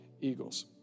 eagles